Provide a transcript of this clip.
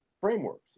frameworks